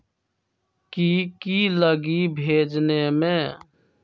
की की लगी भेजने में?